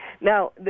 now